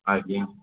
ଆଜ୍ଞା